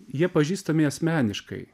jie pažįstami asmeniškai